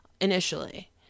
initially